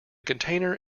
container